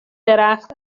درخت